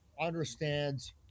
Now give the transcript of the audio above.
understands